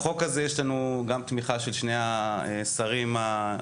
לחוק הזה יש לנו גם תמיכה של שני השרים הרלוונטיים,